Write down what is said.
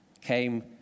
came